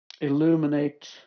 illuminate